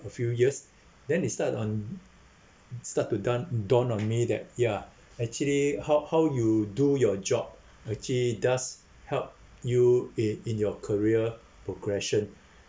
a few years then they start on start to done dawn on me that ya actually how how you do your job actually does help you in in your career progression